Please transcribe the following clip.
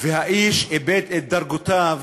והאיש איבד את דרגותיו